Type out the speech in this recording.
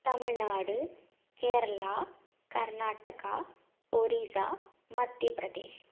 Tamil Nadu Kerala Karnataka Orissa Madhya Pradesh